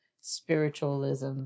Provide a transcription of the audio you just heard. spiritualism